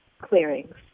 clearings